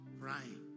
crying